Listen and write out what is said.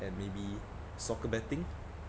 and maybe soccer betting